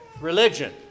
religion